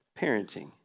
parenting